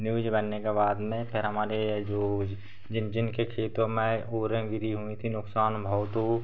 news बनने के बाद में फिर हमारे जो जिन जिनके खेतों में ओरें गिरी हुई थीं नुकसान बहुत हो